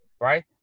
right